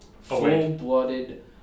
full-blooded